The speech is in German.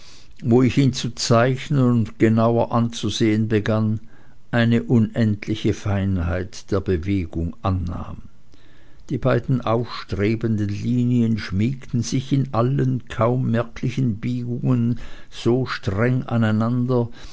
wo ich ihn zu zeichnen und genauer anzusehen begann eine unendliche feinheit der bewegung annahm die beiden aufstrebenden linien schmiegten sich in allen kaum merklichen biegungen so streng aneinander